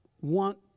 want